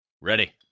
Ready